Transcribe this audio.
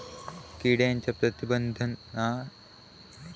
किड्यांच्या प्रतिबंधासाठी अन्न, पाणी, निवारो हेंचो खयलोय मार्ग बंद करुक होयो